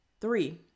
Three